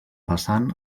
vessant